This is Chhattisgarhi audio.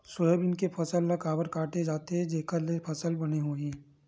सोयाबीन के फसल ल काबर काटे जाथे जेखर ले फसल बने होही?